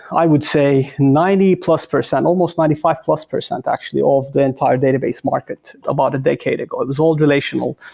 i would say, ninety plus percent, almost ninety five plus percent actually of the entire database market about a decade ago. it was all relational,